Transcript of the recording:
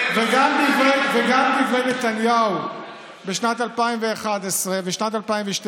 גם דברי נתניהו בשנת 2011 ובשנת 2012,